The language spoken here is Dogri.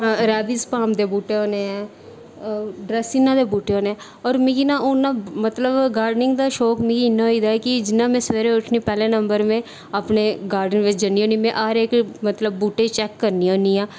राबीज़ पॉम दे बूह्टे होने ऐं डरेसीना दे बूह्टे होने ऐ होर मिगी ना हून ना मतलब गार्डनिंग दा शौक इन्ना होई गेदा कि जियां मैं सवेरे उट्ठनी पैह्ले नंबर में अपने गार्डन बिच्च जन्नी होन्नीं मैं हर इक मतलब बूह्टे गी चेक करनी होन्नी आं